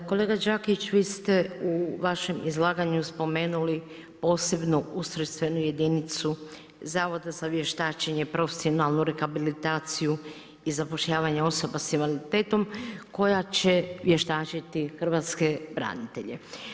Pa kolega Đakić vi ste u vašem izlaganju spomenuli posebno ustrojstvenu jedinicu Zavoda za vještačenje, profesionalnu rehabilitaciju i zapošljavanje osoba sa invaliditetom koja će vještačiti hrvatske branitelje.